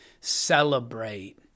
celebrate